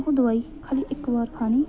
ओह् दोआई खाली इक बार खानी